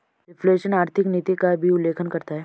reflation आर्थिक नीति का भी उल्लेख करता है